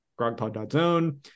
grogpod.zone